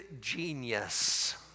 genius